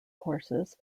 courses